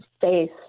face